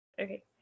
Okay